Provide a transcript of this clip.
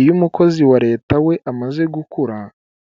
Iyo umukozi wa leta we amaze gukura